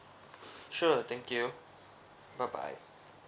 sure thank you bye bye